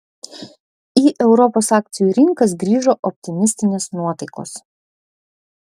į europos akcijų rinkas grįžo optimistinės nuotaikos